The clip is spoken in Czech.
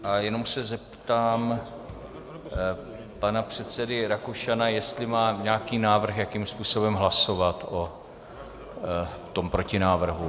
A jenom se zeptám pana předsedy Rakušana, jestli má nějaký návrh, jakým způsobem hlasovat o tom protinávrhu.